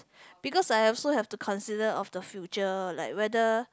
because I have also to consider of the future like whether